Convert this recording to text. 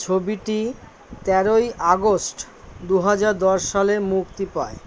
ছবিটি তেরোই আগস্ট দু হাজার দশ সালে মুক্তি পায়